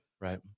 right